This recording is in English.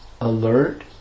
alert